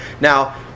Now